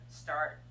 start